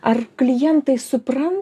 ar klientai supranta